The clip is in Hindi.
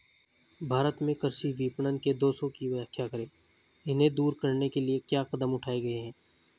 भारत में कृषि विपणन के दोषों की व्याख्या करें इन्हें दूर करने के लिए क्या कदम उठाए गए हैं?